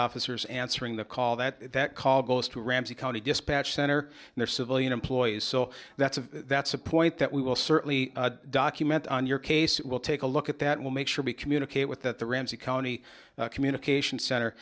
officers answering the call that that call goes to ramsey county dispatch center their civilian employees so that's a that's a point that we will certainly document on your case will take a look at that will make sure we communicate with that the ramsey county communication center